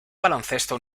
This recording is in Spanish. baloncesto